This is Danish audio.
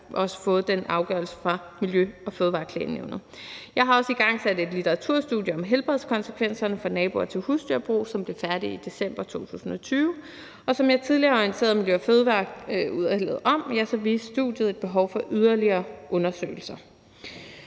også fået den afgørelse fra Miljø- og Fødevareklagenævnet. Jeg har også igangsat et litteraturstudie om helbredskonsekvenserne for naboer til husdyrbrug, som blev færdig i december 2020, og som jeg tidligere har orienteret Miljø- og Fødevareudvalget om, viste studiet et behov for yderligere undersøgelser.